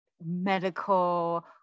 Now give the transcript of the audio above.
medical